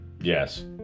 Yes